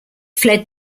fled